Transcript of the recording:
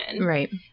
Right